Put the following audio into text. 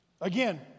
Again